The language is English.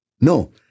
no